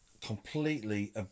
completely